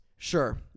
Sure